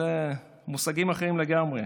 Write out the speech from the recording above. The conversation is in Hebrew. אלה מושגים אחרים לגמרי.